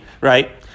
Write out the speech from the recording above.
right